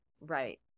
right